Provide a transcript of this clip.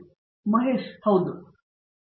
professor Mahesh V Panchanala ಹೌದು